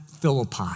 Philippi